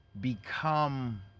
become